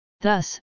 Thus